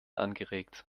angeregt